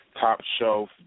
top-shelf